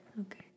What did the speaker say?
Okay